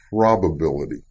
probability